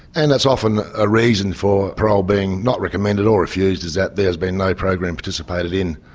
and it's often a reason for parole being not recommended or refused is that there has been no program participated in.